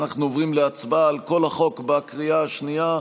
אנחנו עוברים להצבעה על כל החוק בקריאה השנייה.